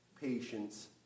patience